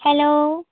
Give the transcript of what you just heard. hello